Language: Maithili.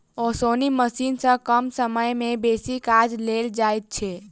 ओसौनी मशीन सॅ कम समय मे बेसी काज लेल जाइत छै